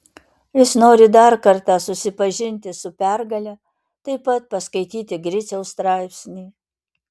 jis nori dar kartą susipažinti su pergale taip pat paskaityti griciaus straipsnį